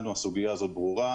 לנו הסוגיה הזו ברורה,